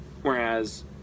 Whereas